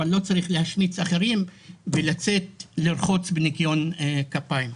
אבל לא צריך להשמיץ אחרים ולצאת לרחוץ בניקיון כפיים,